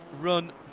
run